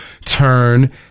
turn